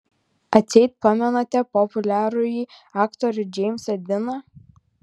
atseit pamenate populiarųjį aktorių džeimsą diną